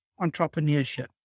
entrepreneurship